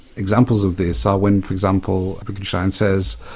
examples of this, are when for example wittgenstein says,